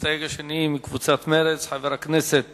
המסתייג השני מקבוצת מרצ, חבר הכנסת